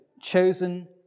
chosen